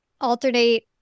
alternate